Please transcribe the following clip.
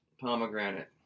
Pomegranate